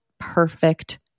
perfect